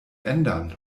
ändern